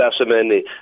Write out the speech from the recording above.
specimen